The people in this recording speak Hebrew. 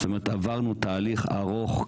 זאת אומרת עברנו תהליך ארוך,